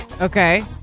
Okay